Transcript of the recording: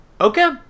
okay